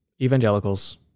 evangelicals